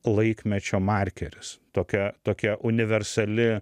laikmečio markeris tokia tokia universali